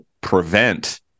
prevent